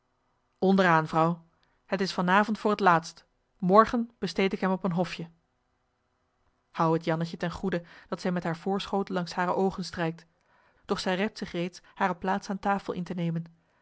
aan vrouw het is van avond voor het laatst morgen besteed ik hem op een hofje houd het jannetje ten goede dat zij met haar voorschoot langs hare oogen strijkt doch zij rept zich reeds hare plaats aan tafel in te nemen